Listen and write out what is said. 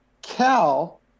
Cal